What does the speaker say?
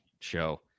show